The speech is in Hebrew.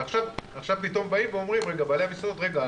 ועכשיו פתאום אומרים בעלי המסעדות: רגע,